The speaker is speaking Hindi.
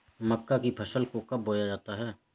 मक्का की फसल को कब बोया जाता है?